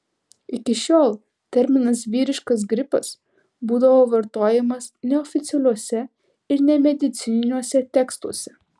iki šiol terminas vyriškas gripas būdavo vartojamas neoficialiuose ir nemedicininiuose tekstuose